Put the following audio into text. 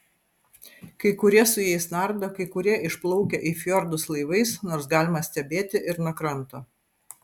kai kurie su jais nardo kai kurie išplaukia į fjordus laivais nors galima stebėti ir nuo kranto